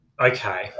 Okay